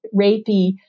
rapey